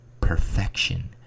perfection